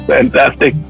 Fantastic